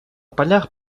полях